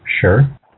Sure